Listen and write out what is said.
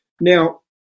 Now